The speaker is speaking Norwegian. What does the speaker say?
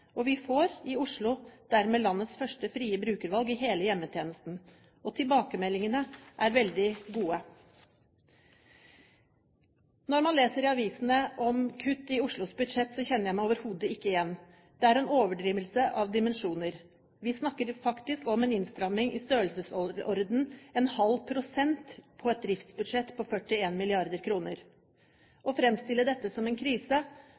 får vi faktisk også på plass fritt brukervalg innen hjemmesykepleien. Oslo får dermed landets første frie brukervalg i hele hjemmetjenesten. Tilbakemeldingene er veldig gode. Når jeg leser i avisene om kutt i Oslos budsjett, kjenner jeg meg overhodet ikke igjen. Det er en overdrivelse av dimensjoner. Vi snakker faktisk om en innstramming i størrelsesordenen 0,5 pst. på et driftsbudsjett på 41 mrd. kr. Å framstille dette som en krise